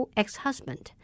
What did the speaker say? ex-husband